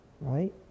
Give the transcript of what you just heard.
right